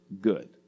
good